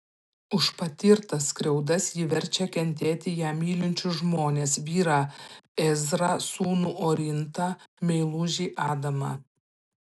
už patirtas skriaudas ji verčia kentėti ją mylinčius žmones vyrą ezrą sūnų orintą meilužį adamą